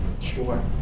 Sure